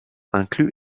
inclut